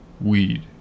weed